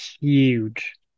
huge